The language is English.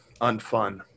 unfun